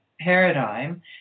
paradigm